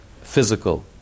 physical